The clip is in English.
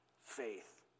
faith